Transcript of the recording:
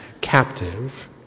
captive